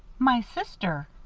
my sister,